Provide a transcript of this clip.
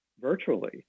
virtually